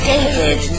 David